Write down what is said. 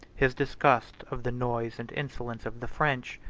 his disgust of the noise and insolence of the french,